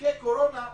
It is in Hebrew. בחוקי קורונה,